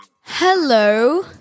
Hello